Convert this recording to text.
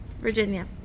Virginia